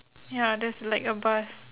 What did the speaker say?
ya there's like a bus